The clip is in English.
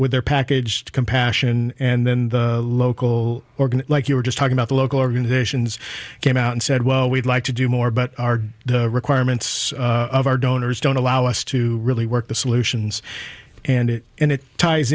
with their package compassion and then the local organ like you were just talking about the local organizations came out and said well we'd like to do more but the requirements of our donors don't allow us to really work the solutions and it and it ties